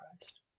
Christ